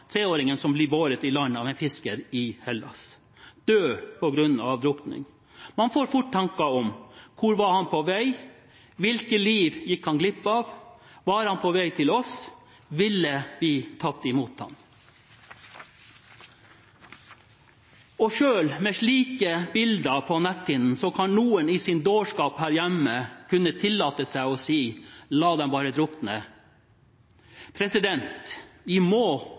som blir båret i land av en fisker i Hellas – død på grunn av drukning. Man får fort tanker om hvor han var på vei, hvilket liv han gikk glipp av, om han var på vei til oss, og ville vi tatt imot ham? Selv med slike bilder på netthinnen kan noen i sin dårskap her hjemme kunne tillate seg å si: La dem bare drukne. Vi må reagere på slike utsagn, vi må